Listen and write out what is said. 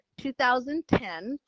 2010